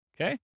Okay